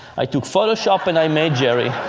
i took photoshop and i made jerry